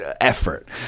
effort